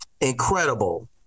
Incredible